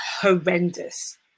horrendous